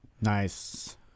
nice